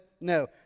no